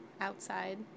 outside